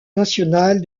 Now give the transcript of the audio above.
national